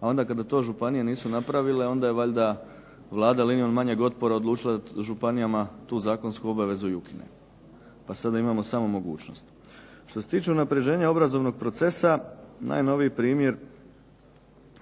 a onda kada to županije nisu napravile onda je valjda Vlada linijom manjeg otpora odlučila županijama tu zakonsku obavezu i ukinuti, a sada imamo samo mogućnost. Što se tiče unapređenja obrazovnog procesa najnoviji primjer